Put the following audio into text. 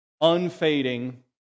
unfading